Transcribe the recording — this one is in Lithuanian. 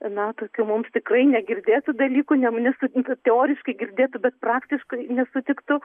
na tokiu mums tikrai negirdėtu dalyku ne su teoriškai girdėtu bet praktiškai nesutiktu